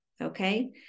Okay